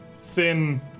thin